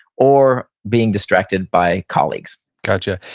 or being distracted by colleagues gotcha.